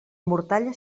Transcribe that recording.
mortalla